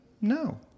no